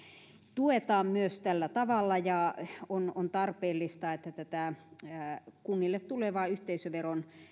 tuetaan myös tällä tavalla ja on on tarpeellista että kunnille tulevaa yhteisöveron